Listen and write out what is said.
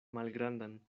malgrandan